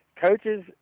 coaches